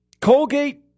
Colgate